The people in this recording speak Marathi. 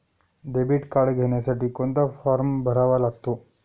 डेबिट कार्ड घेण्यासाठी कोणता फॉर्म भरावा लागतो?